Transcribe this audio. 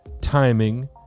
timing